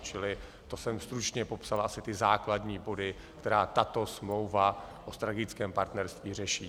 Čili to jsem stručně popsal asi ty základní body, které tato smlouva o strategickém partnerství řeší.